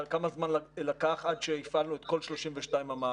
כמה זמן לקח עד שהפעלנו את כל 32 המעבדות?